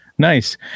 Nice